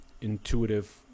intuitive